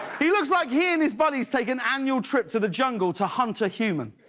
he looks like he and his buddies take an annual trip to the jungle to hunt a human.